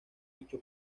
dicho